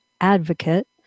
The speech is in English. advocate